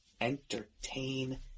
entertain